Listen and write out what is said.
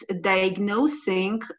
diagnosing